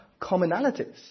commonalities